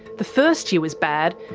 the first year was bad,